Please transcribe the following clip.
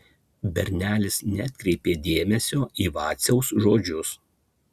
bernelis neatkreipė dėmesio į vaciaus žodžius